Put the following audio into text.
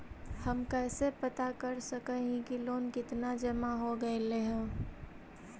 हम कैसे पता कर सक हिय की लोन कितना जमा हो गइले हैं?